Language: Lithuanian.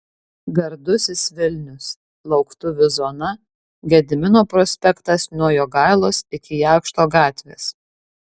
gardusis vilnius lauktuvių zona gedimino prospektas nuo jogailos iki jakšto gatvės